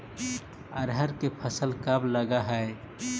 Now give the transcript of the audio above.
अरहर के फसल कब लग है?